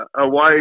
away